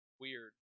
weird